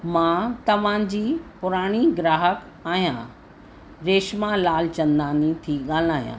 मां तव्हांजी पुराणी ग्राहक आहियां रेशमा लालचंदानी थी ॻाल्हायां